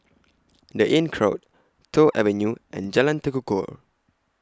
The Inncrowd Toh Avenue and Jalan Tekukor